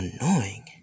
annoying